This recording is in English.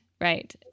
Right